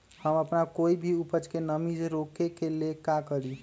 हम अपना कोई भी उपज के नमी से रोके के ले का करी?